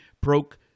broke